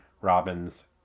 Robin's